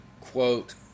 Quote